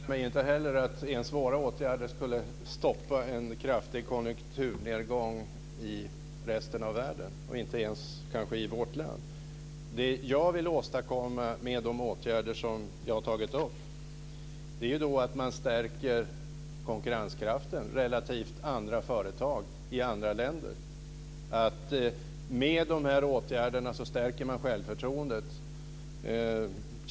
Fru talman! Jag inbillar mig inte heller att ens våra åtgärder skulle stoppa en kraftig konjunkturnedgång i resten av världen, kanske inte ens i vårt land. Det jag vill åstadkomma med de åtgärder som jag har tagit upp är att man stärker konkurrenskraften i förhållande till andra företag i andra länder. Med de här åtgärderna stärker man självförtroendet.